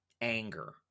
anger